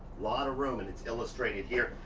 lot of room and it's illustrated here.